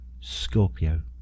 scorpio